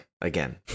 again